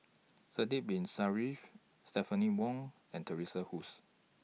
Sidek Bin Saniff Stephanie Wong and Teresa Hsu